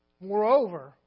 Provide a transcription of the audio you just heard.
Moreover